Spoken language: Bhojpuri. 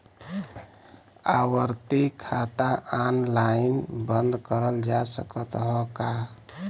आवर्ती खाता ऑनलाइन बन्द करल जा सकत ह का?